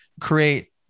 create